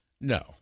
no